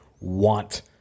want